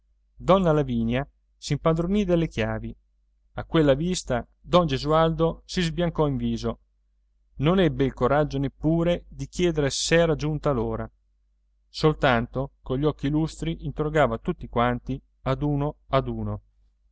donna lavinia s'impadronì delle chiavi a quella vista don gesualdo si sbiancò in viso non ebbe il coraggio neppure di chiedere s'era giunta l'ora soltanto cogli occhi lustri interrogava tutti quanti ad uno ad uno